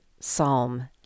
Psalm